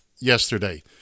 yesterday